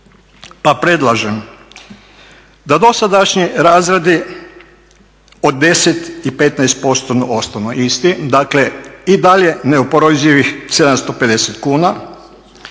Pa predlažem da dosadašnji razredi od 10 i 15% ostanu isti, dakle i dalje neoporezivih 750 kuna.